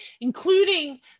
including